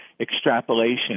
extrapolation